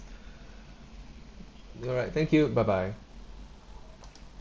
alright thank you bye bye